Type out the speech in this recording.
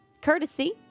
courtesy